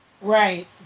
Right